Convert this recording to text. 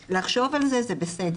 לחשוב על זה זה בסדר,